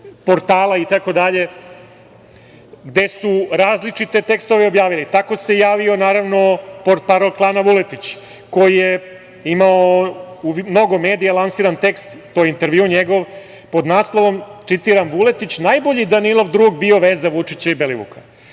portala itd. gde su različite tekstove objavili. Tako se javio portparol klana Vuletić koji je u mnogo medija lansiran tekst, njegov intervju pod naslovom, citiram – Vuletić, najbolji Danilov drug bio veza Vučića i Belivuka. Portparol